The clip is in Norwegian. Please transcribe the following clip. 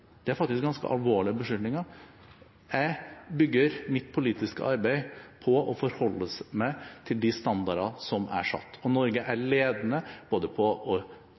er faktisk ganske alvorlige beskyldninger. Jeg bygger mitt politiske arbeid på å forholde meg til de standarder som er satt. Og Norge er ledende på